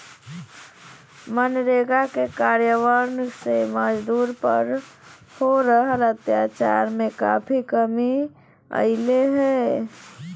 मनरेगा के कार्यान्वन से मजदूर पर हो रहल अत्याचार में काफी कमी अईले हें